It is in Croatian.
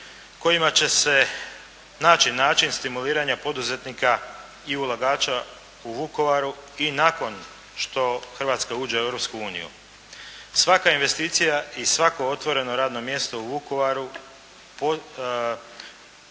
kojima će se naći način stimuliranja poduzetnika i ulagača u Vukovaru i nakon što Hrvatska uđe u Europsku uniju. Svaka investicija i svako otvoreno radno mjesto u Vukovaru